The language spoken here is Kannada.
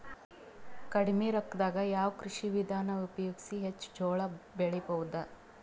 ಕಡಿಮಿ ರೊಕ್ಕದಾಗ ಯಾವ ಕೃಷಿ ವಿಧಾನ ಉಪಯೋಗಿಸಿ ಹೆಚ್ಚ ಜೋಳ ಬೆಳಿ ಬಹುದ?